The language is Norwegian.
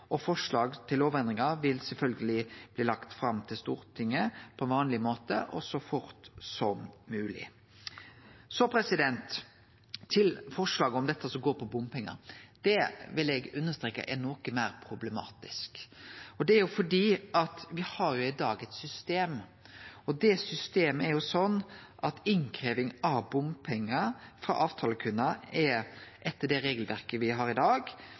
og forslag til lovendringar vil sjølvsagt bli lagde fram for Stortinget på vanleg måte og så fort som mogleg. Så til forslaget som går på bompengar. Det, vil eg understreke, er noko meir problematisk. Det er fordi me i dag har eit system, og det systemet er slik at innkrevjing av bompengar frå avtalekundar etter det regelverket me har i dag,